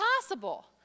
possible